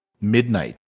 midnight